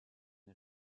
une